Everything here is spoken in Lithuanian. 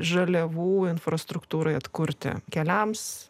žaliavų infrastruktūrai atkurti keliams